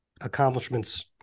accomplishments